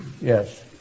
Yes